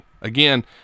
Again